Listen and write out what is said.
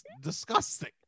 disgusting